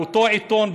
באותו עיתון,